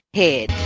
head